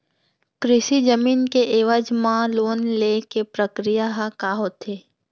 कृषि जमीन के एवज म लोन ले के प्रक्रिया ह का होथे?